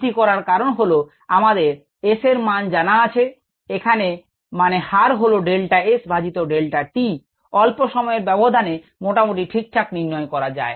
এটি করার কারণ হলো আমাদের Sএর মান জানা আছে এখানে মানে হার হল ডেল্টা S ভাজিত ডেল্টা t অল্প সময়ের ব্যবধানে মোটামুটি ঠিকঠাক নির্ণয় করা যায়